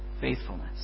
faithfulness